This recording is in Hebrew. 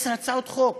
עשר הצעות חוק,